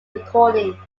recording